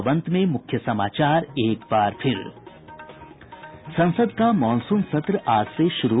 और अब अंत में मुख्य समाचार एक बार फिर संसद का मॉनसून सत्र आज से शुरू